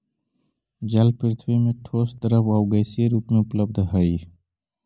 जल पृथ्वी में ठोस द्रव आउ गैसीय रूप में उपलब्ध हई